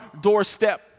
doorstep